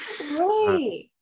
Right